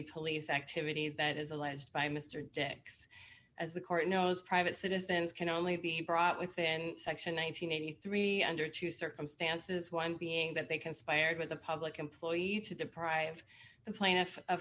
police activity that is alleged by mr dix as the court knows private citizens can only be brought within section one hundred and eighty three dollars under two circumstances one being that they conspired with the public employee to deprive the plaintiff of